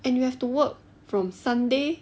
and you have to work from sunday